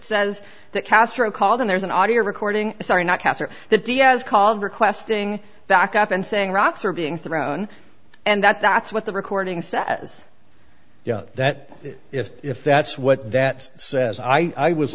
says that castro called in there's an audio recording sorry not hastert the d a s call requesting back up and saying rocks are being thrown and that that's what the recording says you know that if if that's what that says i i was